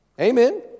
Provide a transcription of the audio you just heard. Amen